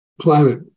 planet